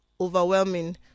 Overwhelming